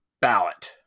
ballot